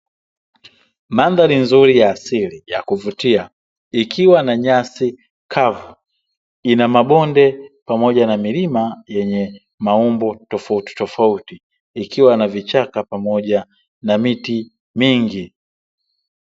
Madhari nzuri ya halisi ya kuvutia ikiwa na nyasi kavu, inamabonde pamoja na milima yenye maumbo tofauti tofauti ikiwa na vichaka pamoja na miti mingi.